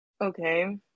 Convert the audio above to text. okay